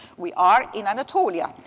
we are in anatolia.